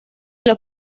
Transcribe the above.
los